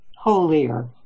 holier